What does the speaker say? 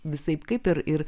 visaip kaip ir ir